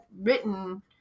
written